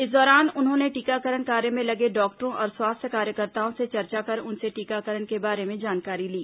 इस दौरान उन्होंने टीकाकरण कार्य में लगे डॉक्टरों और स्वास्थ्य कार्यकर्ताओं से चर्चा कर उनसे टीकाकरण के बारे में जानकारी ली